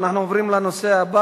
נעבור להצעות לסדר-היום בנושא: